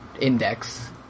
Index